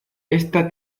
esta